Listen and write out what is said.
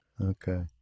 Okay